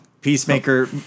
Peacemaker